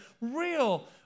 real